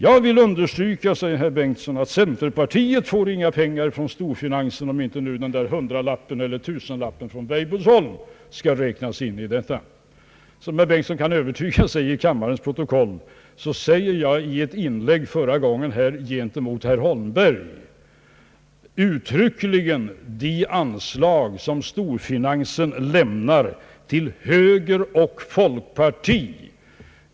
Jag vill understryka att centerpartiet inte får några sådana pengar, om nu inte den där hundralappen eller tusenlappen från Weibullsholm skall räknas in i detta.» Som herr Bengtson kan övertyga sig om i kammarens protokoll sade jag uttryckligen i mitt inlägg mot herr Holmberg förra gången: de anslag som storfinansen lämnar till höger och folkparti.